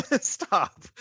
Stop